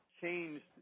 changed